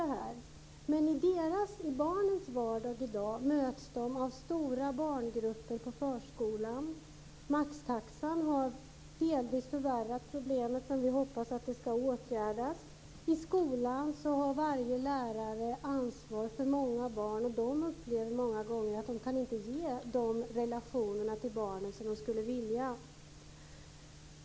Men barnen möts i sin vardag i dag av stora barngrupper i förskolan, och maxtaxan har delvis förvärrat problemet. Vi hoppas att detta ska åtgärdas. I skolan har varje lärare ansvar för många barn, och lärarna upplever många gånger att de inte kan uppehålla de relationer till barnen som de skulle önska.